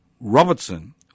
Robertson